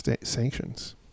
sanctions